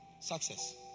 Success